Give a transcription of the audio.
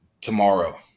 tomorrow